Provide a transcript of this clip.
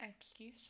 excuse